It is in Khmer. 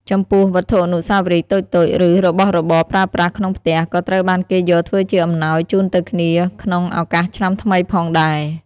ចំពោះ វត្ថុអនុស្សាវរីយ៍តូចៗ ឬរបស់របរប្រើប្រាស់ក្នុងផ្ទះ ក៏ត្រូវបានគេយកធ្វើជាអំណោយជូនទៅគ្នាក្នុងឱកាសឆ្នាំថ្នីផងដែរ។